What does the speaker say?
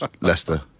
Leicester